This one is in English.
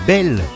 Belle